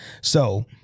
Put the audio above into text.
So-